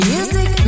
Music